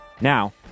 now